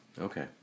Okay